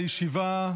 אני מחדש את הישיבה.